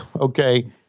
Okay